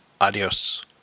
Adios